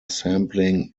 sampling